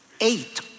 eight